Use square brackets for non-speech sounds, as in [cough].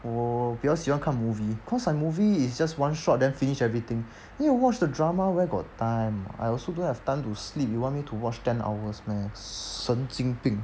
我比较喜欢看 movie cause like movie it's just one shot then finish everything [breath] then you watch the drama where got time I also don't have time to sleep you want me to watch ten hours meh 神经病